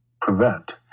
prevent